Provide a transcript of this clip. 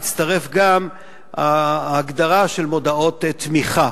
תצטרף גם ההגדרה של מודעות תמיכה.